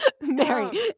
Mary